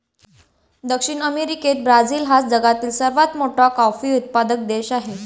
दक्षिण अमेरिकेत ब्राझील हा जगातील सर्वात मोठा कॉफी उत्पादक देश आहे